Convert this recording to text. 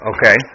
Okay